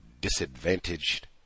disadvantaged